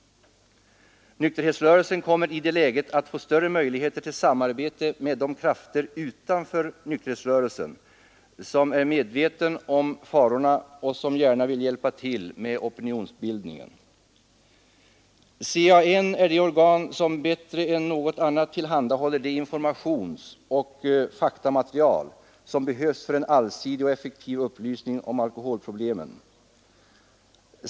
Nykterhetsrörelsen kommer i det läget att få ökade möjligheter till samarbete med de krafter utanför nykterhetsrörelserna, som är medvetna om farorna och som gärna vill hjälpa till med opinionsbildningen. CAN är det organ som bättre än något annat tillhandahåller det informationsoch faktamaterial som behövs för en allsidig och effektiv upplysning om alkoholproblemen.